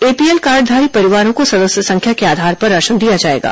APL कार्डधारी परिवारों को सदस्य संख्या के आधार पर राशन दिया जाएगा